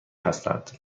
هستند